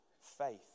faith